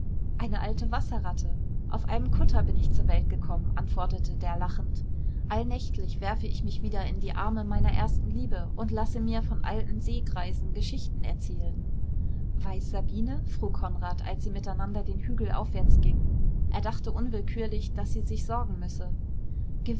eine alte wasserratte auf einem kutter bin ich zur welt gekommen antwortete der lachend allnächtlich werfe ich mich wieder in die arme meiner ersten liebe und lasse mir von alten seegreisen geschichten erzählen weiß sabine frug konrad als sie miteinander den hügel aufwärts gingen er dachte unwillkürlich daß sie sich sorgen müsse